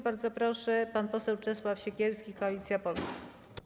Bardzo proszę, pan poseł Czesław Siekierski, Koalicja Polska.